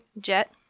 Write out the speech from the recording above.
Jet